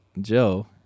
Joe